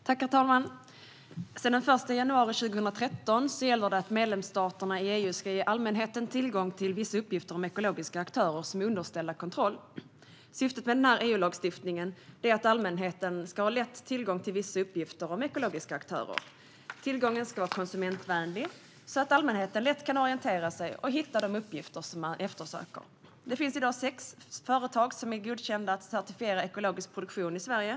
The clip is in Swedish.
Herr talman! Sedan den 1 januari 2013 ska medlemsstaterna i EU ge allmänheten lätt tillgång till vissa uppgifter om ekologiska aktörer som är underställda kontroll. Tillgången ska vara konsumentvänlig så att allmänheten lätt kan orientera sig och hitta de uppgifter man eftersöker. Det finns i dag sex företag som är godkända att certifiera ekologisk produktion i Sverige.